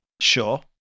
Sure